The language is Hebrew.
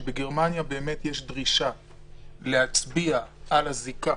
ששם יש דרישה להצביע על הזיקה